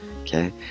Okay